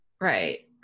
right